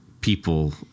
people